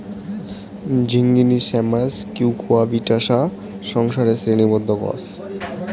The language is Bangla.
ঝিঙ্গিনী শ্যামাস কিউকুয়াবিটাশা সংসারের শ্রেণীবদ্ধ গছ